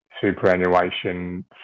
superannuation